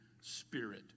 spirit